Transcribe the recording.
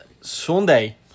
Sunday